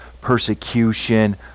persecution